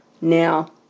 Now